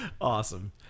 Awesome